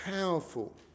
powerful